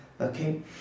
Okay